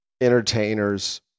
entertainers